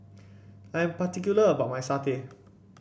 I'm particular about my satay